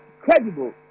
credible